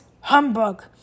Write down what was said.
Humbug